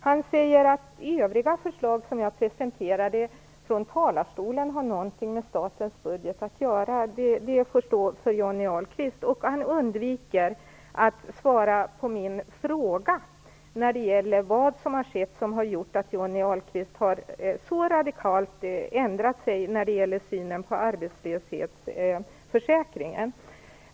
Han säger att de övriga förslag som jag presenterade har något att göra med statens budget. Det får stå för Johnny Ahlqvist. Han undviker också att svara på min fråga om vad som har gjort att han så radikalt har ändrat sin syn på arbetslöshetsförsäkringen.